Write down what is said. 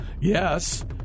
Yes